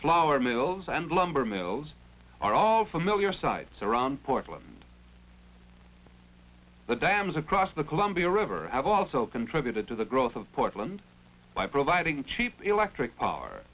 flour mills and lumber mills are all familiar sites around portland the dams across the columbia river have also contributed to the growth of portland by providing cheap electric